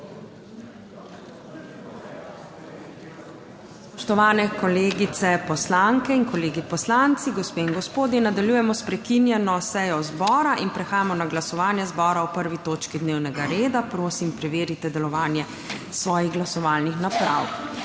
Spoštovane kolegice poslanke in kolegi poslanci, gospe in gospodje! Nadaljujemo s prekinjeno sejo zbora. Prehajamo na glasovanje zbora o 1. točki dnevnega reda. Prosim preverite delovanje svojih glasovalnih naprav.